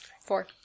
Four